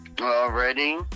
Already